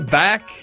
back